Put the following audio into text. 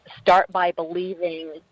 start-by-believing